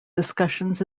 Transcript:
discussions